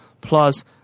plus